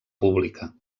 pública